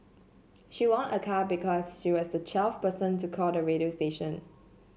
she won a car because she was the twelfth person to call the radio station